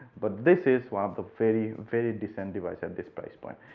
but this is one of the very very decent device at this price point.